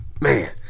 Man